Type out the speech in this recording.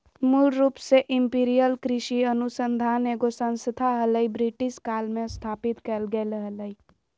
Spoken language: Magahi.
मूल रूप से इंपीरियल कृषि अनुसंधान एगो संस्थान हलई, ब्रिटिश काल मे स्थापित कैल गेलै हल